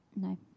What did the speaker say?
No